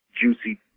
juicy